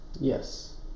Yes